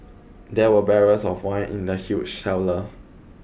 there were barrels of wine in the huge cellar